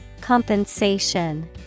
Compensation